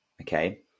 okay